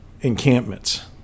encampments